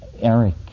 Eric